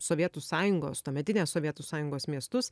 sovietų sąjungos tuometinės sovietų sąjungos miestus